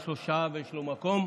יש לו שעה ויש לו מקום,